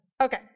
Okay